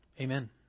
Amen